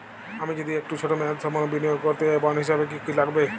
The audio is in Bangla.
আমি যদি একটু ছোট মেয়াদসম্পন্ন বিনিয়োগ করতে চাই বন্ড হিসেবে কী কী লাগবে?